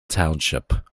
township